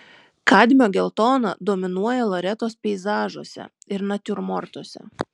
kadmio geltona dominuoja loretos peizažuose ir natiurmortuose